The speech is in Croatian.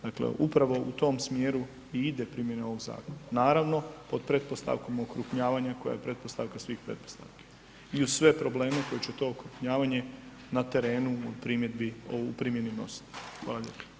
Dakle upravo u tom smjeru i ide primjena ovog zakona, naravno pod pretpostavkom o okrupnjavanju koja je pretpostavka svih pretpostavki i uz sve probleme koje će to okrupnjavanje n terenu u primjeni nositi, hvala lijepa.